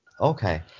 Okay